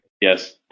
Yes